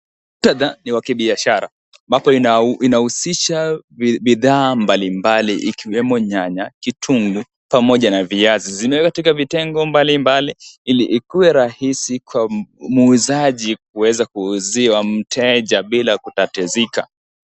Muktadha ni wa kibiashara, ambapo inau,,inausisha bi,, bidhaa mbalimbali, ikiwemo nyanya, kitungu pamoja na viazi. Zimewekwa katika vitengo mbalimbali ili ikue rahisi kwa mu., muuzaji kuweza kuuziwa mteja bila kutatizika.